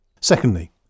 Secondly